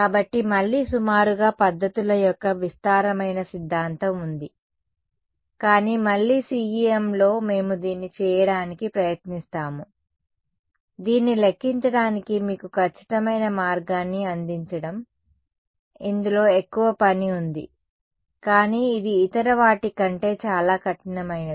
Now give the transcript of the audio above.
కాబట్టి మళ్లీ సుమారుగా పద్ధతుల యొక్క విస్తారమైన సిద్ధాంతం ఉంది కానీ మళ్లీ CEMలో మేము దీన్ని చేయడానికి ప్రయత్నిస్తాము దీన్ని లెక్కించడానికి మీకు ఖచ్చితమైన మార్గాన్ని అందించడం ఇందులో ఎక్కువ పని ఉంది కానీ ఇది ఇతర వాటి కంటే చాలా కఠినమైనది